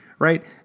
right